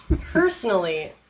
Personally